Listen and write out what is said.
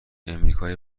امریکایی